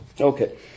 Okay